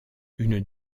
une